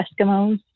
Eskimos